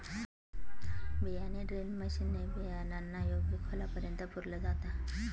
बियाणे drill machine ने बियाणांना योग्य खोलापर्यंत पुरल जात